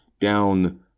down